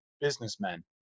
businessmen